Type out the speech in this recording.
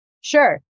Sure